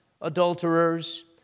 adulterers